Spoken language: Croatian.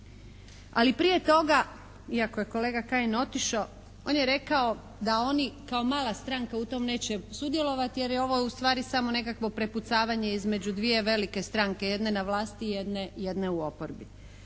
Ali prije toga iako je kolega Kajin otišao, on je rekao da oni kao mala stranka u tom neće sudjelovati jer je ovo u stvari samo nekakvo prepucavanje između dvije velike stranke, jedne na vlasti, jedne u oporbi.